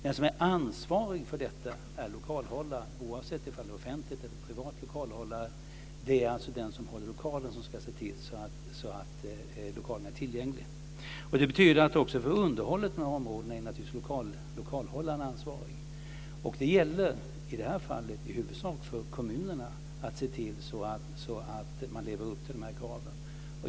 Den som är ansvarig för detta är lokalhållaren, oavsett om det är en offentlig eller privat lokalhållare. Det är alltså den som ansvarar för lokalen som ska se till att lokalerna är tillgängliga. Det betyder att lokalhållaren också är ansvarig för underhållet. Det gäller i detta fall i huvudsak för kommunerna att se till att de lever upp till dessa krav.